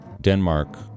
Denmark